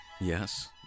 Yes